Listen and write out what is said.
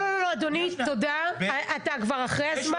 אדוני, אתה כבר אחרי הזמן.